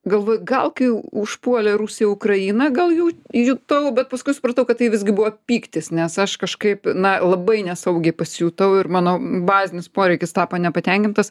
galvoju gal kai užpuolė rusija ukrainą gal jau jutau bet paskui supratau kad tai visgi buvo pyktis nes aš kažkaip na labai nesaugi pasijutau ir mano bazinis poreikis tapo nepatenkintas